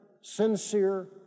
sincere